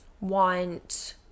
want